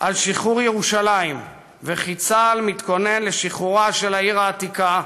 על שחרור ירושלים וכי צה"ל מתכונן לשחרורה של העיר העתיקה,